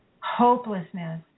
hopelessness